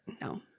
No